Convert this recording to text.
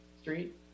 Street